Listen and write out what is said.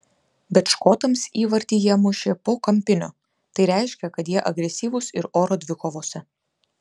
bet škotams įvartį jie mušė po kampinio tai reiškia kad jie agresyvūs ir oro dvikovose